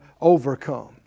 overcome